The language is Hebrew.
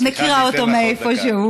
אני מכירה אותו מאיפשהו.